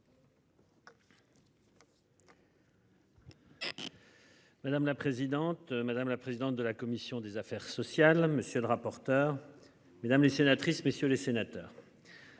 Madame la présidente, madame la présidente de la commission des affaires sociales. Monsieur le rapporteur, mesdames les sénatrices messieurs les sénateurs.